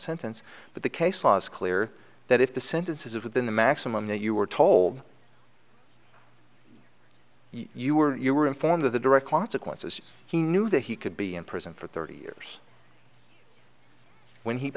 sentence but the case law is clear that if the sentence is it within the maximum that you were told you were you were informed of the direct consequences he knew that he could be in prison for thirty years when he